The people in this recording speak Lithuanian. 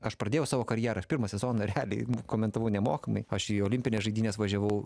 aš pradėjau savo karjerą aš pirmą sezoną realiai komentavau nemokamai aš į olimpines žaidynes važiavau